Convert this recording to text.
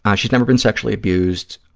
um she's never been sexually abused,